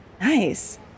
Nice